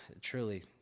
Truly